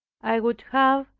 i would have,